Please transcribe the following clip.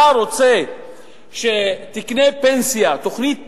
אתה רוצה לקנות תוכנית פנסיה,